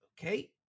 Okay